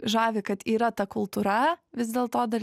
žavi kad yra ta kultūra vis dėl to dar